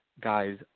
guys